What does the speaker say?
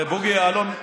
בוגי יעלון,